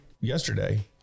yesterday